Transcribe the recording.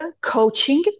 coaching